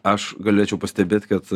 aš galėčiau pastebėt kad